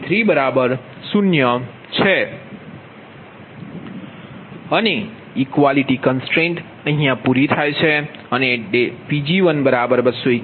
અને equality constraint equality constraint પૂરી થાય છે અને Pg1 271